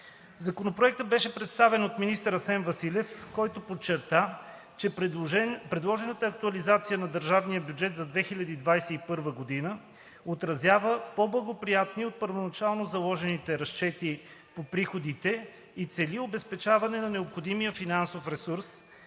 Законопроектът беше представен от министър Асен Василев, който подчерта, че предложената актуализация на държавния бюджет за 2021 г. отразява по-благоприятни от първоначално заложените разчети по приходите и цели обезпечаване на необходимия финансов ресурс